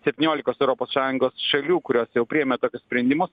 septyniolikos europos sąjungos šalių kurios jau priėmė tokius sprendimus